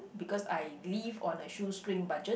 because I live on a shoe string budget